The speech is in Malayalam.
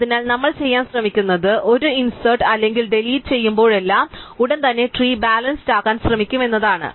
അതിനാൽ നമ്മൾ ചെയ്യാൻ ശ്രമിക്കുന്നത് നമ്മൾ ഒരു ഇൻസേർട് അല്ലെങ്കിൽ ഡെലീറ്റ് ചെയ്യുമ്പോഴെല്ലാം ഞങ്ങൾ ഉടൻ തന്നെ ട്രീ ബാലൻസ്ഡ് ആക്കാൻ ശ്രമിക്കും എന്നതാണ്